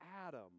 Adam